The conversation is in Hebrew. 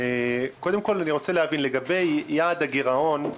קודם כול אני רוצה להבין לגבי יעד הגירעון,